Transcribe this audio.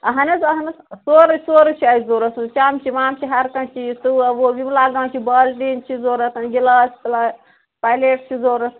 اَہَن حظ اَہَن حظ سورُے سورُے چھُ اَسہِ ضروٗرت چَمچہٕ وَمچہٕ ہر کانٛہہ چیٖز تٲو وٲو یہِ لَگان چھِ بالٹیٖن چھِ ضروٗرت گِلاس پلا پَلیٹ چھِ ضروٗرت